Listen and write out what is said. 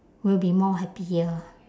will be more happier